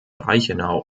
reichenau